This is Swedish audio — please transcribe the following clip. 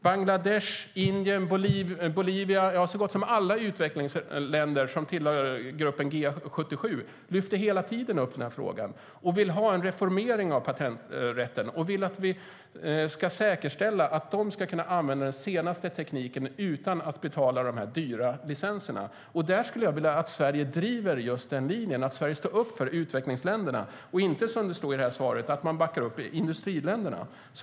Bangladesh, Indien, Bolivia, ja, så gott som alla utvecklingsländer som tillhör gruppen G77 lyfter hela tiden upp den här frågan. De vill ha en reformering av patenträtten och vill att vi ska säkerställa att de kan använda den senaste tekniken utan att betala de dyra licenserna. Där skulle jag vilja att Sverige driver just den linjen, att Sverige står upp för utvecklingsländerna och inte, som det står i svaret, att man backar upp industriländerna.